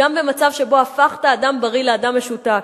גם במצב שבו הפכת אדם בריא לאדם משותק,